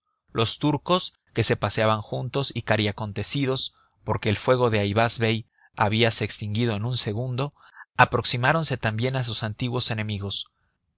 los turcos que se paseaban juntos y cariacontecidos porque el fuego de ayvaz bey habíase extinguido en un segundo aproximáronse también a sus antiguos enemigos